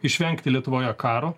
išvengti lietuvoje karo